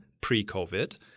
pre-COVID